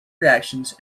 reactions